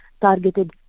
targeted